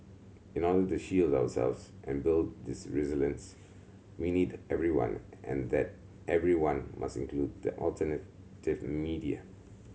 in order the shield ourselves and build this resilience we need everyone and that everyone must include the media